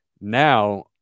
Now